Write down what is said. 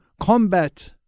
combat